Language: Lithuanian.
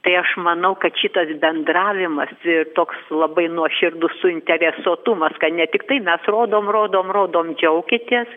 tai aš manau kad šitas bendravimas ir toks labai nuoširdus suinteresuotumas kad ne tiktai mes rodom rodom rodom džiaukitės